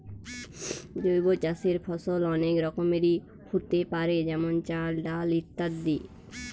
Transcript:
জৈব চাষের ফসল অনেক রকমেরই হোতে পারে যেমন চাল, ডাল ইত্যাদি